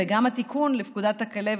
וגם התיקון לפקודת הכלבת.